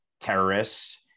terrorists